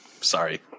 Sorry